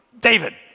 David